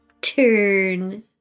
turn